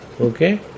Okay